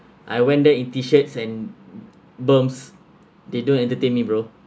I went there in t shirts and bums they don't entertain me bro